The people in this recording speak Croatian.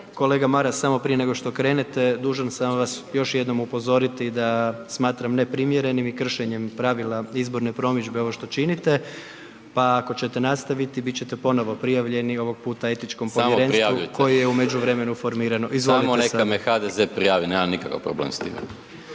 Kolega Maras, samo prije nego što krenete dužan sam vas još jednom upozoriti da smatram neprimjerenim i kršenjem pravila izborne promidžbe ovo što činite, pa ako ćete nastaviti biti ćete ponovno prijavljeni, ovog puta etičkom povjerenstvu … …/Upadica Maras: Samo prijavljujte./… … koje je